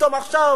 פתאום עכשיו